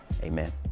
amen